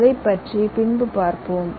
அதைப் பற்றி பின்பு பார்ப்போம்